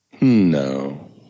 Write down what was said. No